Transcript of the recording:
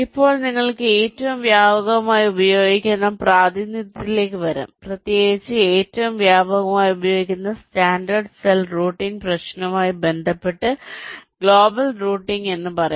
ഇപ്പോൾ നിങ്ങൾക്ക് ഏറ്റവും വ്യാപകമായി ഉപയോഗിക്കുന്ന പ്രാതിനിധ്യത്തിലേക്ക് വരാം പ്രത്യേകിച്ച് ഏറ്റവും വ്യാപകമായി ഉപയോഗിക്കുന്ന സ്റ്റാൻഡേർഡ് സെൽ റൂട്ടിംഗ് പ്രശ്നവുമായി ബന്ധപ്പെട്ട് ഗ്ലോബൽ റൂട്ടിംഗ് എന്ന് പറയാം